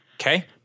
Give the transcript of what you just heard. Okay